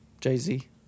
Jay-Z